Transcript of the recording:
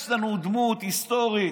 יש לנו דמות היסטורית